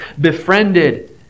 befriended